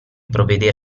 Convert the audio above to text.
provvedere